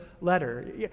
letter